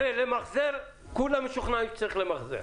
למחזר, כולם משוכנעים שצריך למחזר.